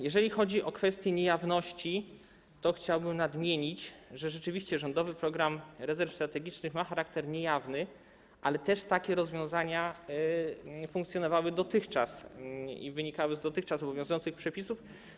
Jeżeli chodzi o kwestie niejawności, to chciałbym nadmienić, że rzeczywiście Rządowy Program Rezerw Strategicznych ma charakter niejawny, ale takie rozwiązania funkcjonowały też do tej pory i wynikały z dotychczas obowiązujących przepisów.